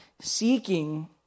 seeking